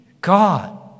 God